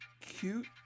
cute